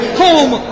home